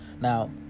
Now